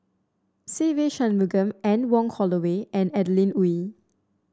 Se Ve Shanmugam Anne Wong Holloway and Adeline Ooi